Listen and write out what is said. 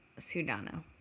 Sudano